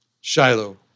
Shiloh